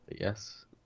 yes